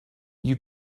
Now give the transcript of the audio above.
you